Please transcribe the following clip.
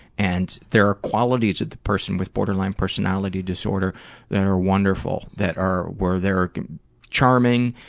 and there are qualities of the person with borderline personality disorder that are wonderful, that are, where they're charming,